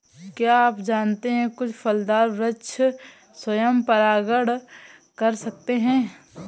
क्या आप जानते है कुछ फलदार वृक्ष स्वयं परागण कर सकते हैं?